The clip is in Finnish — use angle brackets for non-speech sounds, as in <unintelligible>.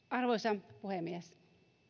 <unintelligible> arvoisa puhemies